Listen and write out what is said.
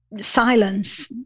silence